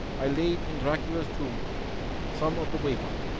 i laid in dracula's tomb some of the wafer,